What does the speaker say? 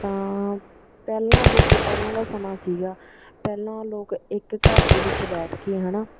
ਤਾਂ ਪਹਿਲਾਂ ਜੋ ਕਿ ਪਹਿਲਾਂ ਦਾ ਸਮਾਂ ਸੀਗਾ ਪਹਿਲਾਂ ਲੋਕ ਇੱਕ ਘਰ ਦੇ ਵਿੱਚ ਬੈਠ ਕੇ ਹੈ ਨਾ